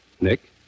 Nick